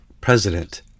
president